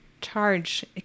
charge